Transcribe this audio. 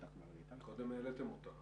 קודם העליתם אותה.